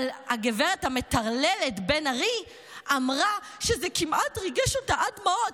אבל הגברת המטרללת בן ארי אמרה שזה כמעט ריגש אותה עד דמעות,